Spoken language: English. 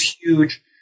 huge